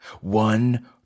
One